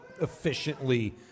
efficiently